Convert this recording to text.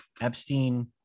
epstein